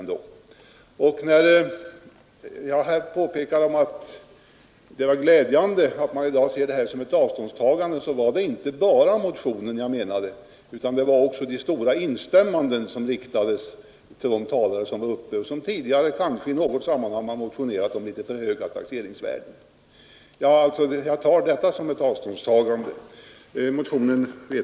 När jag påpekade att det var glädjande med detta avståndstagande menade jag inte bara motionen utan också de instämmanden som gjorts av olika talare som tidigare motionerat om kanske något för höga taxeringsvärden. Detta ser jag alltså som ett avståndstagande.